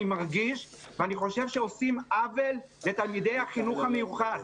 מרגיש ואני חושב שעושים עוול לתלמידי החינוך המיוחד.